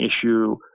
issue